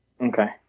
Okay